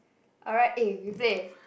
alright eh we play